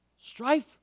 strife